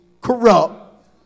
corrupt